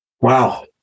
Wow